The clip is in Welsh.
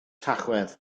tachwedd